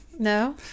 No